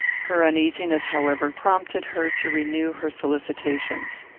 her uneasiness, however, prompted her to renew her solicitations.